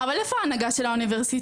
אבל איפה ההנהגה של האוניברסיטאות?